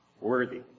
Worthy